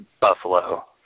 Buffalo